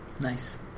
Nice